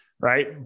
Right